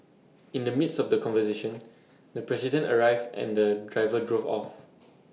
in the midst of the conversation the president arrived and the driver drove off